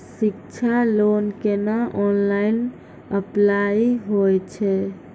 शिक्षा लोन केना online apply होय छै?